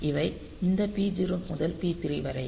இவை இந்த P0 முதல் P3 வரை